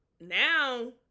now